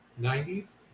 90s